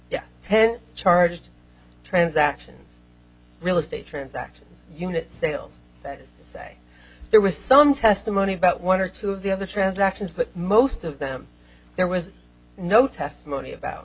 ten ten charged transactions real estate transactions unit sales that is to say there was some testimony about one or two of the other transactions but most of them there was no testimony about